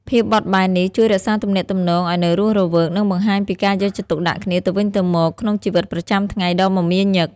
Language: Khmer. ភាពបត់បែននេះជួយរក្សាទំនាក់ទំនងឱ្យនៅរស់រវើក និងបង្ហាញពីការយកចិត្តទុកដាក់គ្នាទៅវិញទៅមកក្នុងជីវិតប្រចាំថ្ងៃដ៏មមាញឹក។